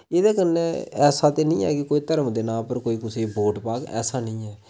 एह्दे कन्नै ऐसा ते नेईं ऐ कोई धर्म दे नांऽ पर कोई कुसै गी वोट पाह्ग ऐसा नेईं ऐ